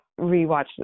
rewatched